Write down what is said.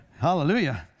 Hallelujah